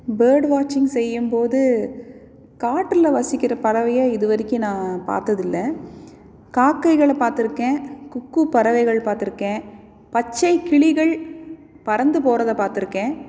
bird வாட்சிங் செய்யும்போது காட்டில் வசிக்கிற பறவையாக இதுவரைக்கும் நான் பார்த்ததுல்ல காக்கைகளை பார்த்துருக்கேன் குக்கூ பறவைகள் பார்த்துருக்கேன் பச்சை கிளிகள் பறந்து போறதை பார்த்துருக்கேன்